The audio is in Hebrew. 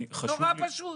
נורא פשוט.